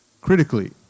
critically